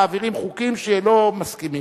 מעבירים חוקים שלא מסכימים,